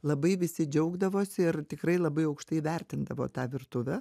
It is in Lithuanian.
labai visi džiaugdavosi ir tikrai labai aukštai įvertindavo tą virtuvę